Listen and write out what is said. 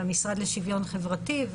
והמשרד לשוויון חברתי,